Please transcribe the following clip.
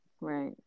right